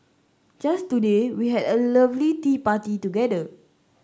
just today we had a lovely tea party together